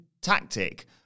tactic